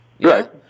Right